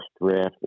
draft